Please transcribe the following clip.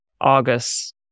August